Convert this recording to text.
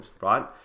right